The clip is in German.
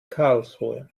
karlsruhe